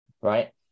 right